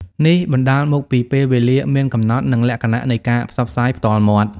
នេះបណ្ដាលមកពីពេលវេលាមានកំណត់ និងលក្ខណៈនៃការផ្សព្វផ្សាយផ្ទាល់មាត់។